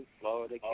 Florida